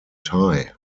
tie